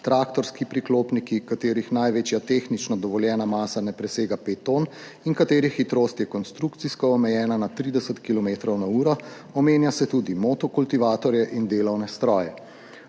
traktorski priklopniki, katerih največja tehnično dovoljena masa ne presega pet ton in katerih hitrost je konstrukcijsko omejena na 30 kilometrov na uro, omenja se tudi motokultivatorje in delovne stroje.